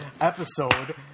episode